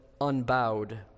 unbowed